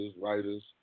writers